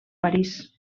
parís